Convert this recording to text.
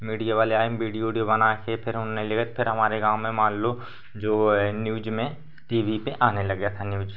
media वाले आए video उडियो बनाकर फिर उन्होंने लिखे फिर हमारे गाँव में मान लो जो है न्यूज में टी वी पर आने लग गया था न्यूज